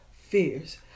fears